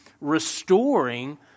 restoring